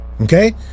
Okay